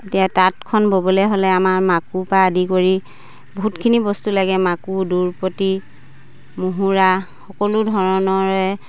এতিয়া তাঁতখন ব'বলে হ'লে আমাৰ মাকো পা আদি কৰি বহুতখিনি বস্তু লাগে মাকো দুৰপতি মুহুৰা সকলো ধৰণৰে